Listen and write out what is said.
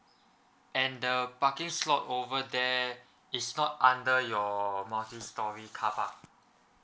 and the parking slot over there it's not under your multistorey car park